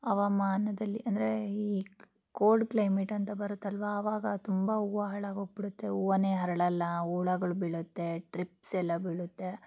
ಹವಾಮಾನದಲ್ಲಿ ಅಂದರೆ ಈ ಕೋಲ್ಡ್ ಕ್ಲೈಮೆಟ್ ಅಂತ ಬರುತ್ತಲ್ವಾ ಅವಾಗ ತುಂಬ ಹೂವ ಹಾಳಾಗಿ ಹೋಗಿಬಿಡುತ್ತೆ ಹೂವಾನೆ ಅರಳಲ್ಲ ಹುಳಗಳ್ ಬೀಳುತ್ತೆ ಟ್ರಿಪ್ಸ್ ಎಲ್ಲ ಬೀಳುತ್ತೆ